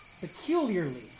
peculiarly